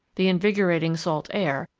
the invigorating salt air,